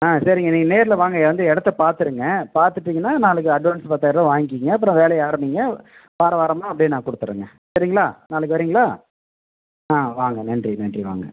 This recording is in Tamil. ஆ சரிங்க நீங்கள் நேர்ல வாங்க வந்து இடத்த பார்த்துருங்க பார்த்துட்டீங்கன்னா நாளைக்கு அட்வான்ஸ் பத்தாயிர்ருபா வாங்கிக்கோங்க அப்புறம் வேலையை ஆரம்பிங்க வார வாரமாக அப்படியே நான் கொடுத்துட்றேங்க சரிங்களா நாளைக்கு வரீங்களா ஆ வாங்க நன்றி நன்றி வாங்க ம்